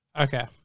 Okay